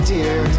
Dear